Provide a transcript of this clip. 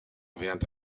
während